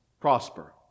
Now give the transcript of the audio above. Prosper